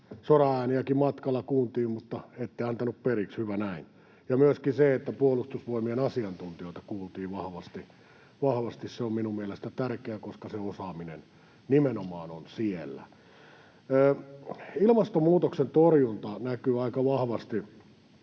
Soraääniäkin matkalla kuultiin, mutta ette antanut periksi, hyvä näin. Ja myöskin se, että Puolustusvoimien asiantuntijoita kuultiin vahvasti, on minun mielestäni tärkeää, koska se osaaminen on nimenomaan siellä. Ilmastonmuutoksen torjunta näkyy aika vahvasti